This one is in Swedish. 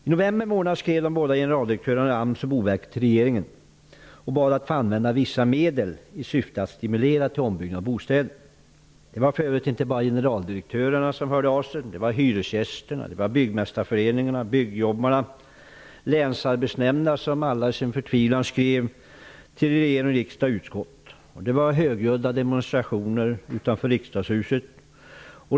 I november månad skrev de båda generaldirektörerna i AMS och Boverket till regeringen och bad att få använda vissa medel i syfte att stimulera till ombyggnad av bostäder. Det var för övrigt inte bara generaldirektörerna som hörde av sig. Hyresgästerna, byggmästarföreningarna, byggjobbarna och länsarbetsnämnderna skrev i sin förtvivlan till regering, riksdag och utskott. Det var högljudda demonstrationer utanför riskdagshuset.